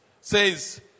says